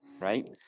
right